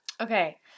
Okay